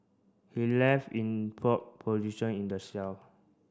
he left in prone position in the cell